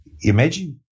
imagine